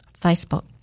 Facebook